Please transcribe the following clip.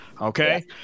Okay